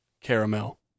caramel